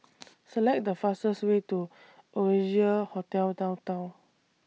Select The fastest Way to Oasia Hotel Downtown